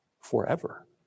forever